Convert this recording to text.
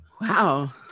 Wow